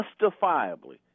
justifiably